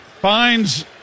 finds